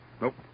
Nope